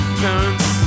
parents